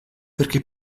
perché